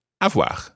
avoir